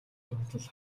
дурлал